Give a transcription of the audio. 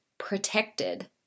protected